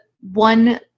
one